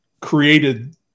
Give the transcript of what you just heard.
created